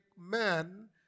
man